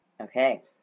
Okay